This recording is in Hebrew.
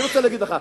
אני רוצה להגיד לך.